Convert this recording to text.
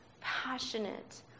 passionate